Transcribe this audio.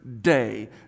Day